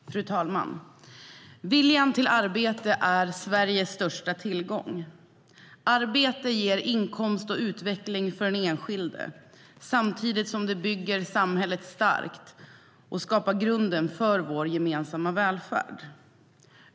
Fru talman! Viljan till arbete är Sveriges största tillgång. Arbete ger inkomst och utveckling för den enskilde samtidigt som det bygger samhället starkt och skapar grunden för vår gemensamma välfärd.